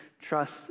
trust